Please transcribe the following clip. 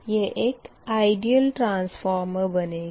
यह एक ideal transformer बनेगा